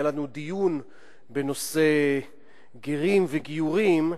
היה לנו דיון בנושא גרים וגיורים,